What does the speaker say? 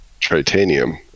Tritanium